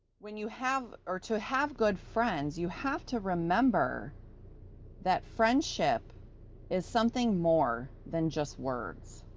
when you have or to have good friends, you have to remember that friendship is something more than just words.